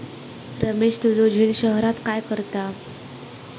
रमेश तुझो झिल शहरात काय करता?